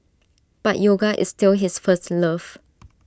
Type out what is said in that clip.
but yoga is still his first love